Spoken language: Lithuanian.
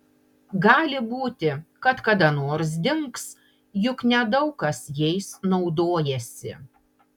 gali būti kad kada nors dings juk nedaug kas jais naudojasi